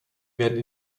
werden